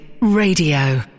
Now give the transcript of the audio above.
Radio